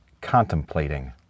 Contemplating